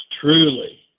truly